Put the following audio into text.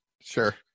sure